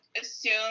assume